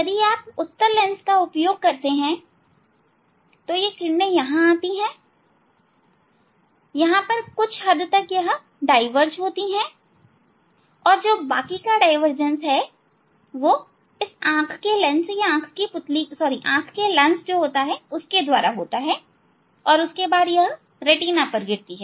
यदि आप उत्तल लेंस का उपयोग करते हैं तो किरणें यहां आती है यह कुछ हद तक यहां डाईवर्ज होती हैं और बाकी का डाईवर्जेन्स इस आंख के लेंस के द्वारा होता है और यह रेटिना पर गिरती है